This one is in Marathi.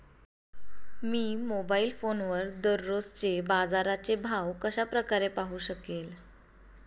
मी मोबाईल फोनवर दररोजचे बाजाराचे भाव कशा प्रकारे पाहू शकेल?